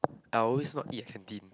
I always not eat at canteen